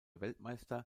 weltmeister